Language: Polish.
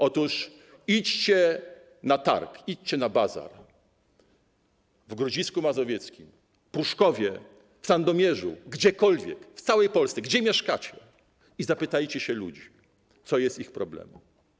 Otóż idźcie na targ, idźcie na bazar w Grodzisku Mazowieckim, Pruszkowie, w Sandomierzu, gdziekolwiek, w całej Polsce, gdzie mieszkacie, i zapytajcie się ludzi, co jest ich problemem.